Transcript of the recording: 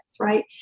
right